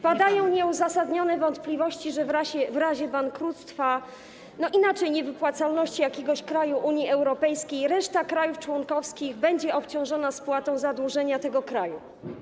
Padają nieuzasadnione wątpliwości, że w razie bankructwa, inaczej niewypłacalności, jakiegoś kraju Unii Europejskiej reszta krajów członkowskich będzie obciążona spłatą zadłużenia tego kraju.